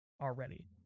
already